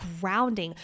grounding